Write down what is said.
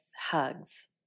hugs